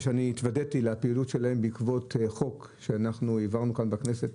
התוודיתי לפעילות שלהם בעקבות חוק שהעברנו כאן בכנסת,